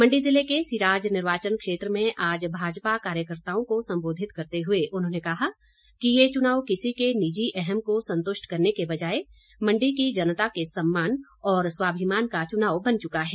मंडी जिले के सिराज निर्वाचन क्षेत्र में आज भाजपा कार्यकर्ताओं को संबोधित करते हुए उन्होंने कहा कि ये चुनाव किसी के निजी अहम को संतुष्ट करने के बजाए मंडी की जनता के सम्मान और स्वामिमान का चुनाव बन चुका है